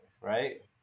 right